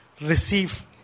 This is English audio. receive